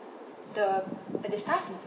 the but the staff